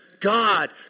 God